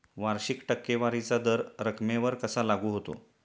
वार्षिक टक्केवारीचा दर रकमेवर कसा लागू होतो?